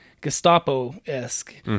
Gestapo-esque